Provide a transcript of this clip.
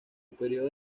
período